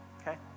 Okay